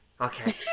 okay